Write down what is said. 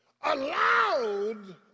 allowed